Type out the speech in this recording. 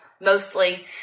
mostly